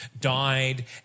died